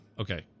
Okay